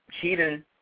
Cheating